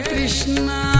Krishna